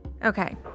Okay